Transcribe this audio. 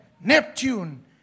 Neptune